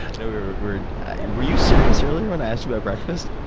you know were were you serious earlier when i asked you about breakfast?